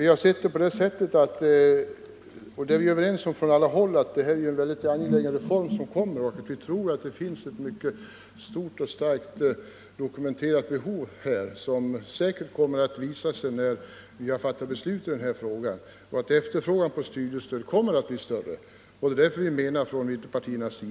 Vi är emellertid alla överens om att detta är en mycket angelägen reform, och vi förmenar att det här finns ett mycket stort behov som säkerligen kommer att visa sig när vi fattat beslut i frågan. Vi tror alltså att efterfrågan på studiestöd kommer bli större än vad man här antagit.